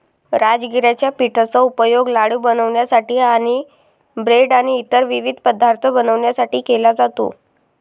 राजगिराच्या पिठाचा उपयोग लाडू बनवण्यासाठी आणि ब्रेड आणि इतर विविध पदार्थ बनवण्यासाठी केला जातो